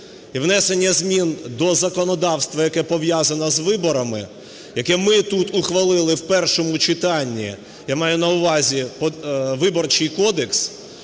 внесення змін до законодавства, яке пов'язане з виборами, яке ми тут ухвалили в першому читанні, я маю на увазі, Виборчий кодекс,